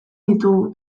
ditugu